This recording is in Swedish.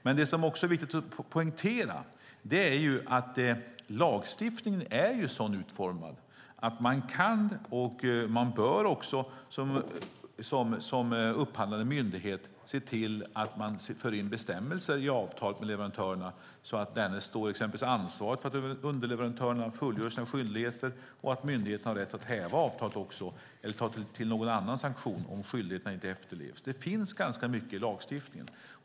Men det som är viktigt att poängtera är att lagstiftningen är så utformad att man som upphandlande myndighet kan och bör se till att man för in bestämmelser i avtalet med leverantörerna så att de exempelvis står ansvariga för att underleverantörerna fullgör sina skyldigheter. Myndigheterna har också rätt att häva avtalet eller ta till någon annan sanktion om skyldigheterna inte efterlevs. Det finns ganska mycket i lagstiftningen.